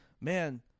man